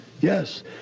Yes